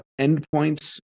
endpoints